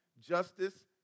justice